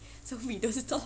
熟米都是粥